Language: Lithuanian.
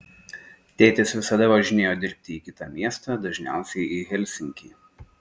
tėtis visada važinėjo dirbti į kitą miestą dažniausiai į helsinkį